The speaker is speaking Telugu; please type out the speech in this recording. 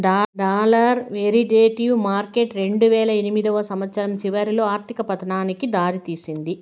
డాలర్ వెరీదేటివ్స్ మార్కెట్ రెండువేల ఎనిమిదో సంవచ్చరం చివరిలో ఆర్థిక పతనానికి దారి తీసింది